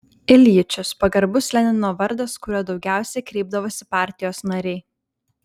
iljičius pagarbus lenino vardas kuriuo daugiausiai kreipdavosi partijos nariai